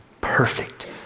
Perfect